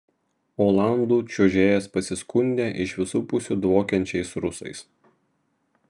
olandų čiuožėjas pasiskundė iš visų pusių dvokiančiais rusais